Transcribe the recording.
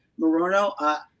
Morono